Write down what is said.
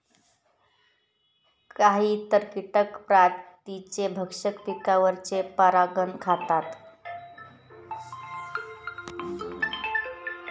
काही इतर कीटक प्रजातींचे भक्षक पिकांवरचे परागकण खातात